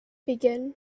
begin